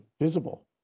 visible